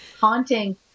Haunting